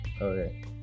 Okay